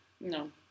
No